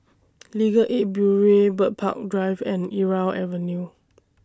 Legal Aid Bureau Bird Park Drive and Irau Avenue